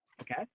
Okay